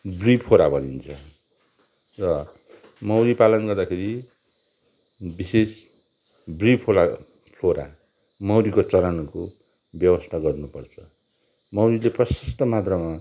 be flora भनिन्छ र मौरी पालन गर्दाखेरि विशेष बी फ्लोरा फ्लोरा मौरीको चरनको व्यवस्था गर्नुपर्छ मौरीले प्रशस्त मात्रामा